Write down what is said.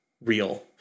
real